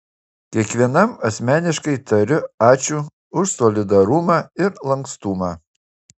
kiekvienam asmeniškai tariu ačiū už solidarumą ir lankstumą